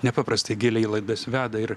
nepaprastai giliai laidas veda ir